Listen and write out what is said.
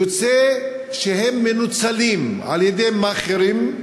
יוצא שהם מנוצלים על-ידי מאכערים.